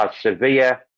severe